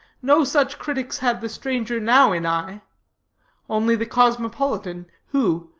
no such critics had the stranger now in eye only the cosmopolitan, who,